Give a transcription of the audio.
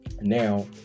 Now